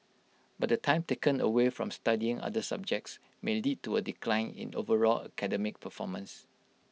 but the time taken away from studying other subjects may lead to A decline in overall academic performance